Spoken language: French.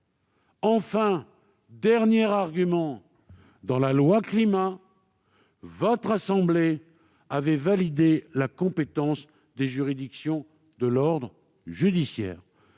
Enfin, dans le texte relatif au climat, votre assemblée avait validé la compétence des juridictions de l'ordre judiciaire.